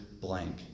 blank